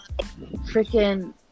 freaking